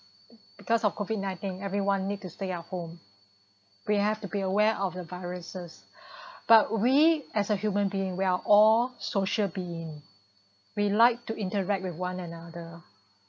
because of COVID nineteen everyone need to stay at home we have to be aware of the viruses but we as a human being we're all social being we liked to interact with one another